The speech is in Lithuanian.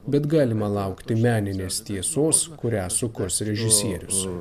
bet galima laukti meninės tiesos kurią sukurs režisierius